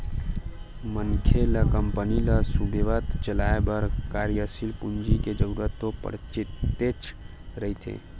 मनखे ल कंपनी ल सुबेवत चलाय बर कार्यसील पूंजी के जरुरत तो पड़तेच रहिथे